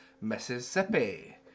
Mississippi